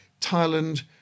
Thailand